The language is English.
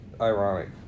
ironic